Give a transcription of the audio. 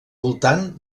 voltant